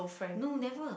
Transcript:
no never